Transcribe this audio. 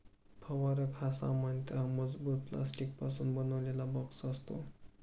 फवारक हा सामान्यतः मजबूत प्लास्टिकपासून बनवलेला बॉक्स असतो